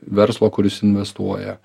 verslo kuris investuoja